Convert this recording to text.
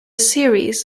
series